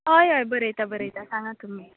हय हय बरयतां बरयतां सांगां तुमी